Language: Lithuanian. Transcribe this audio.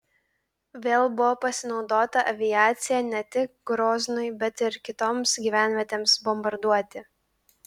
vėl buvo pasinaudota aviacija ne tik groznui bet ir kitoms gyvenvietėms bombarduoti